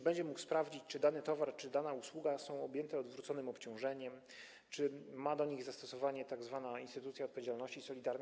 Będzie mógł sprawdzić, czy dany towar, dana usługa są objęte odwróconym obciążeniem, czy ma do nich zastosowanie tzw. instytucja odpowiedzialności solidarnej.